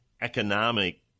economic